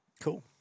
Cool